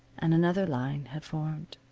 and another line had formed.